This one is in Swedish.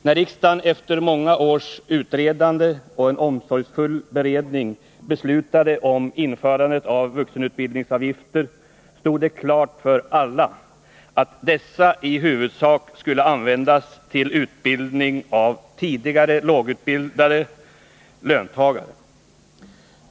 När riksdagen efter många års utredande och en omsorgsfull beredning beslutade om införande av vuxenutbildningsavgifter stod det klart för alla att dessa i huvudsak skulle användas till utbildning av tidigare lågutbildade löntagare.